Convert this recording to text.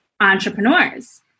entrepreneurs